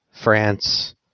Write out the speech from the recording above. France